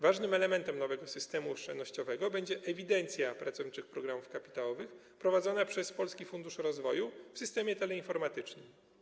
Ważnym elementem nowego systemu oszczędnościowego będzie ewidencja pracowniczych programów kapitałowych prowadzona przez Polski Fundusz Rozwoju w systemie teleinformatycznym.